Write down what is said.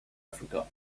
africa